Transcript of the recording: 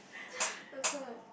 that's why